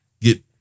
get